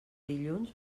dilluns